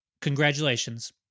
Congratulations